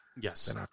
Yes